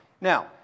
Now